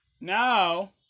Now